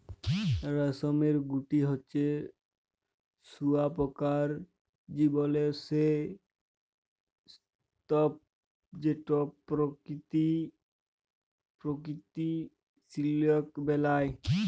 রেশমের গুটি হছে শুঁয়াপকার জীবলের সে স্তুপ যেট পরকিত সিলিক বেলায়